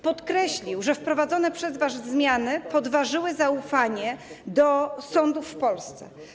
Podkreślił, że wprowadzone przez was zmiany podważyły zaufanie do sądów w Polsce.